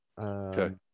Okay